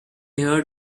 heard